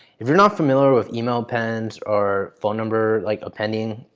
if you're not familiar with email appends or phone number like appending,